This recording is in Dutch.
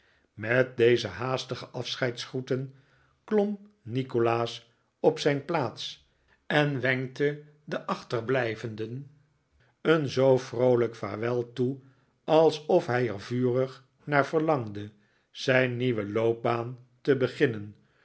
met deze haastige afscheidsgroeten klom nikolaas op zijn plaats en wenkte den achterblijvenden een zoo vroolijk vaarwel toe alsof hij er vurig naar verlangde zijn nieuwe loopbaan te beginnen